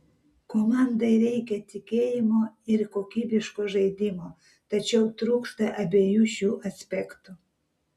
komandai reikia tikėjimo ir kokybiško žaidimo tačiau trūksta abiejų šių aspektų